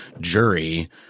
jury